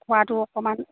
খোৱাটো অকণমান